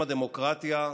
הדמוקרטיה.